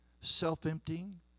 self-emptying